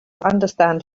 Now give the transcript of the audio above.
understand